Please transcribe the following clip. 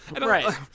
Right